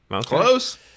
close